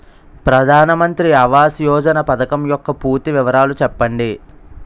ప్రధాన మంత్రి ఆవాస్ యోజన పథకం యెక్క పూర్తి వివరాలు చెప్పండి?